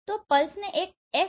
તો પલ્સને એક એફ